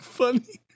funny